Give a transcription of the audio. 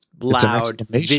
loud